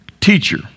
teacher